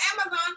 Amazon